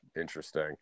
Interesting